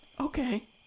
Okay